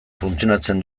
funtzionatzen